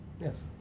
Yes